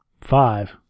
five